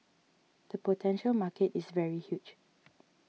the potential market is very huge